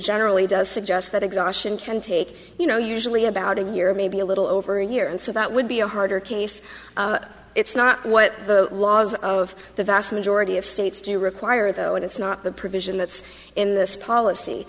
generally does suggest that exhaustion can take you know usually about a year maybe a little over a year and so that would be a harder case it's not what the laws of the vast majority of states do require though and it's not the provision that's in this policy